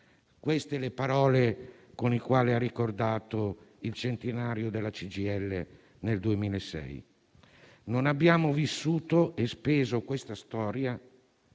Queste le parole con le quali ha ricordato il centenario della CGIL nel 2006: «Non abbiamo vissuto e speso questa storia